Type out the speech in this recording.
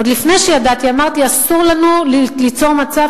עוד לפני שידעתי אמרתי: אסור לנו ליצור מצב